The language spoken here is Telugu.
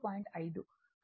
5